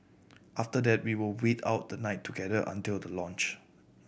after that we will wait out the night together until the launch